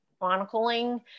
chronicling